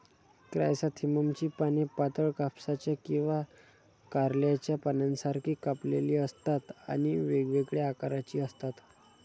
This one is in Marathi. क्रायसॅन्थेममची पाने पातळ, कापसाच्या किंवा कारल्याच्या पानांसारखी कापलेली असतात आणि वेगवेगळ्या आकाराची असतात